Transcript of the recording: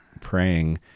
praying